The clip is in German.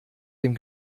dem